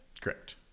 correct